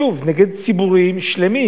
שוב, נגד ציבורים שלמים.